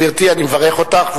גברתי, אני מברך אותך.